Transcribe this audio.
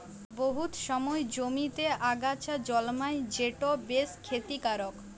বহুত সময় জমিতে আগাছা জল্মায় যেট বেশ খ্যতিকারক